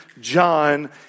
John